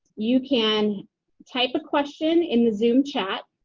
you can type a question in the zoom chat.